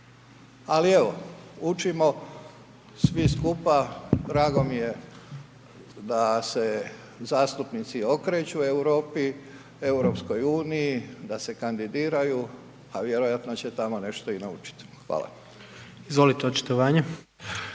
ali evo učimo, svi skupa, drago mi je , da se zastupnici okreću Europi, EU, da se kandidiraju, a vjerojatno će tamo nešto i naučiti. Hvala. **Jandroković,